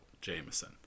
Jameson